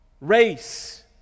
Race